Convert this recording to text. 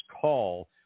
call